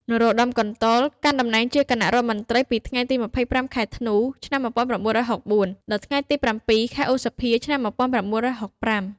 នរោត្តម កន្តុល កាន់តំណែងជាគណៈរដ្ឋមន្ត្រីពីថ្ងៃទី ២៥ ខែធ្នូ ឆ្នាំ១៩៦៤ ដល់ថ្ងៃទី ៧ ខែឧសភា ឆ្នាំ១៩៦៥។